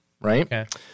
right